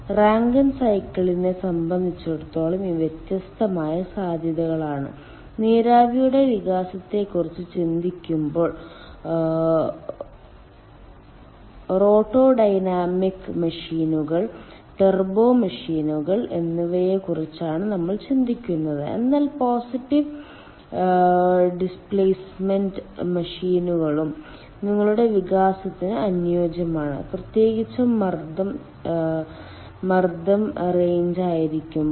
Rankine സൈക്കിളിനെ സംബന്ധിച്ചിടത്തോളം ഇവ വ്യത്യസ്ത സാധ്യതകളാണ് നീരാവിയുടെ വികാസത്തെക്കുറിച്ച് ചിന്തിക്കുമ്പോൾ റോട്ടോഡൈനാമിക് മെഷീനുകൾ ടർബോ മെഷീനുകൾ എന്നിവയെക്കുറിച്ചാണ് നമ്മൾ ചിന്തിക്കുന്നത് എന്നാൽ പോസിറ്റീവ് ഡിസ്പ്ലേസ്മെന്റ് മെഷീനുകളും നിങ്ങളുടെ വികാസത്തിന് അനുയോജ്യമാണ് പ്രത്യേകിച്ചും മർദ്ദം റേഞ്ച് ആയിരിക്കുമ്പോൾ